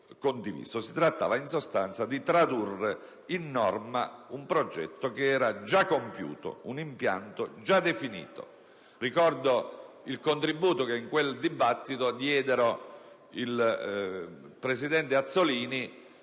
Si trattava, in sostanza, di tradurre in norma un progetto che era già compiuto, un impianto già definito. Ricordo il contributo che a quel dibattito diedero il presidente Azzollini